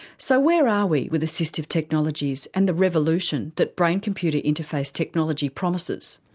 so where are we with assistive technologies and the revolution that brain computer interface technology promises?